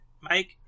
Mike